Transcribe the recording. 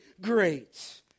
great